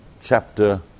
chapter